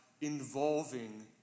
involving